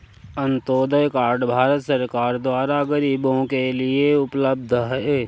Antyodaya card Bharat सरकार द्वारा गरीबो के लिए उपलब्ध है